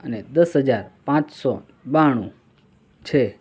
અને દસ હજાર પાંચસો બાણું છે